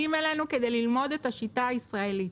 אלינו כדי ללמוד את השיטה הישראלית.